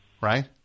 right